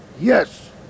Yes